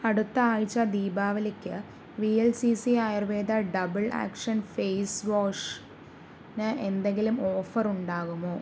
അടുത്ത ആഴ്ച ദീപാവലിക്ക് V L C C Ayurveda double action face വാഷിന് എന്തെങ്കിലും ഓഫറ് ഉണ്ടാകുമോ